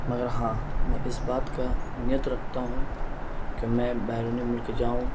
مگر ہاں میں اس بات کا نیت رکھتا ہوں کہ میں بیرون ملک جاؤں